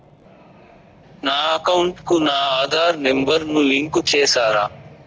నా అకౌంట్ కు నా ఆధార్ నెంబర్ ను లింకు చేసారా